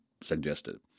suggested